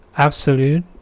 absolute